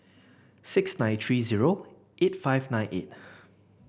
six nine three zero eight five nine eight